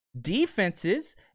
defenses